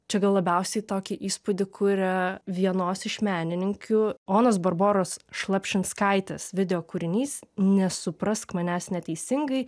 čia gal labiausiai tokį įspūdį kuria vienos iš menininkių onos barboros šlapšinskaitė videokūrinys nesuprask manęs neteisingai